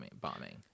bombing